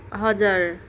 हजुर